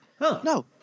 no